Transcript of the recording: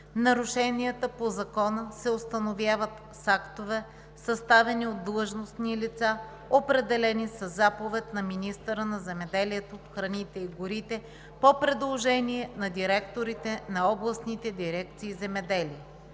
Нарушенията по закона се установяват с актове, съставени от длъжностни лица, определени със заповед на министъра на земеделието, храните и горите, по предложение на директорите на областните дирекции „Земеделие“.